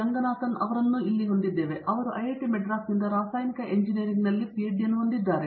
ರೆಂಗಾನಾಥನ್ ಅವರನ್ನೂ ಹೊಂದಿದ್ದೇವೆ ಅವರು ಐಐಟಿ ಮದ್ರಾಸ್ನಿಂದ ರಾಸಾಯನಿಕ ಎಂಜಿನಿಯರಿಂಗ್ನಲ್ಲಿ ಪಿಹೆಚ್ಡಿ ಅನ್ನು ಹೊಂದಿದ್ದಾರೆ